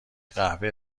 قهوه